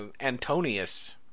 Antonius